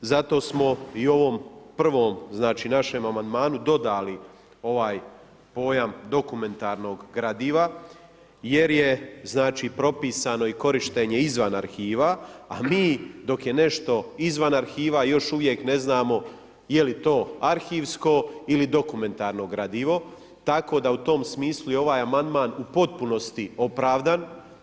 Zato smo i ovom prvom našem amandmanu dodali ovaj pojam dokumentarnog gradiva jer je propisano i korištenje izvan arhiva a mi dok je nešto zvan arhiva, još uvijek ne znam je li to arhivsko ili dokumentarno gradivo tako da u tom smislu je i ovaj amandman u potpunosti opravdan.